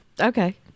Okay